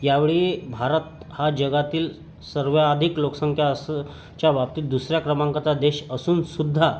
यावेळी भारत हा जगातील सर्वाधिक लोकसंख्या असंच्या बाबतीत दुसऱ्या क्रमांकाचा देश असूनसुद्धा